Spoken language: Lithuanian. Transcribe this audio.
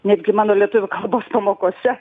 netgi mano lietuvių kalbos pamokose